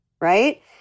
right